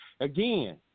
again